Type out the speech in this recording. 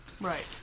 right